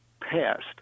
passed